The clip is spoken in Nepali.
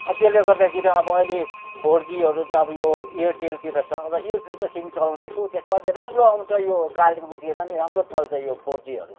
अब त्यसले गर्दाखेरि अब अहिले फोर जीहरू चाहिँ अब यो एयरटेलतिर छ र एयरटेलको सिम चलाउँदैछु त्यसमा चाहिँ राम्रो आउँछ यो कालेबुङतिर नि राम्रो चल्छ यो फोर जीहरू